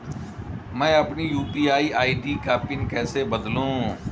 मैं अपनी UPI ID का पिन कैसे बदलूं?